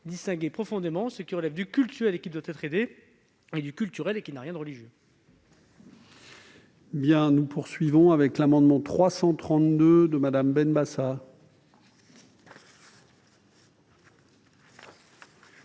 distinguer réellement ce qui relève du cultuel et qui doit être aidé et ce qui relève du culturel et qui n'a rien de religieux.